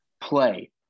play